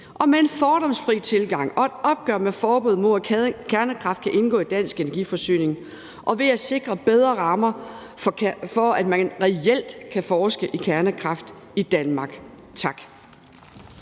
grønne omstilling og med et opgør med forbuddet om, at kernekraft kan indgå i den danske energiforsyning, og ved at sikre bedre rammer for, at man reelt kan forske i kernekraft i Danmark. Tak.